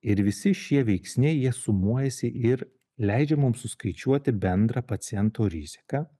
ir visi šie veiksniai jie sumuojasi ir leidžia mum suskaičiuoti bendrą paciento riziką